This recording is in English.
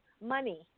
money